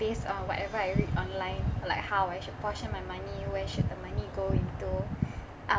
base on whatever I read online like how I should portion my money where should the money go into uh